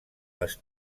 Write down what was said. les